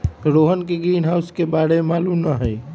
रोहन के ग्रीनहाउस के बारे में मालूम न हई